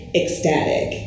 ecstatic